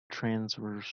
transverse